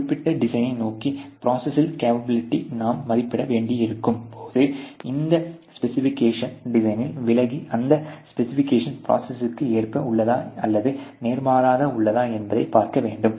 ஒரு குறிப்பிட்ட டிசைனை நோக்கிய ப்ரோசஸின் கேப்பபிளிட்டியை நாம் மதிப்பிட வேண்டியிருக்கும் போது இந்த ஸ்பெசிபிகேஷனை டிசைனில் விளக்கி அந்த ஸ்பெசிபிகேஷன் ப்ரோசஸிக்கு ஏற்ப உள்ளதா அல்லது நேர்மாறாக உள்ளதா என்பதைப் பார்க்க வேண்டும்